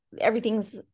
Everything's